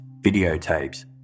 videotapes